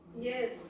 Yes